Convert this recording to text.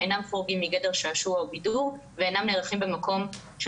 אינם חורגים מגדר שעשוע או בידור ואינם נערכים במקום של